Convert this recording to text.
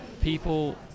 people